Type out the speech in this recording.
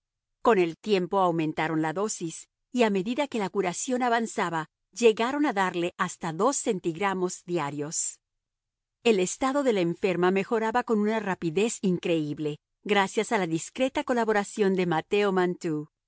con el tiempo aumentaron la dosis y a medida que la curación avanzaba llegaron a darle hasta dos centigramos diarios el estado de la enferma mejoraba con una rapidez increíble gracias a la discreta colaboración de mateo